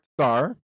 star